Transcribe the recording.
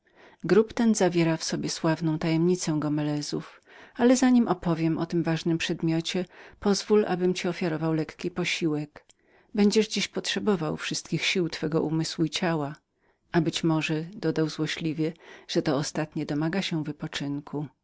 grób ten zawiera w sobie sławną tajemnicę gomelezów ale zanim uwiadomię cię o tym ważnym przedmiocie pozwól abym ci ofiarował lekki posiłek będziesz dziś potrzebował wszystkich sił twego umysłu i ciała a być może dodał złośliwie że to ostatnie domaga się wypoczynku